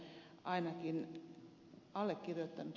arvoisa puhemies